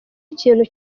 ikintu